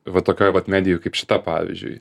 va tokioj vat medijoj kaip šita pavyzdžiui